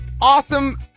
awesome